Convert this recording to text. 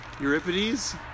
Euripides